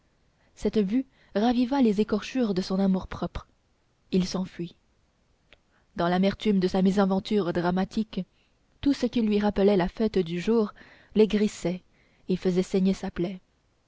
cette vue raviva les écorchures de son amour-propre il s'enfuit dans l'amertume de sa mésaventure dramatique tout ce qui lui rappelait la fête du jour l'aigrissait et faisait saigner sa plaie